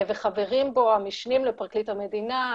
וחברים בו המשנים לפרקליט המדינה,